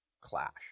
clash